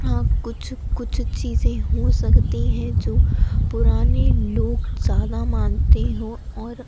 हाँ कुछ कुछ चीज़ें हो सकती हैं जो पुरानी लोग ज़्यादा मानते हों और